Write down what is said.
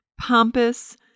pompous